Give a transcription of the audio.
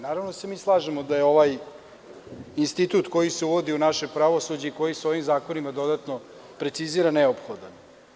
Naravno da se mi slažemo da je ovaj institut koji se uvodi u naše pravosuđe i koji je ovim zakonima dodatno preciziran neophodan.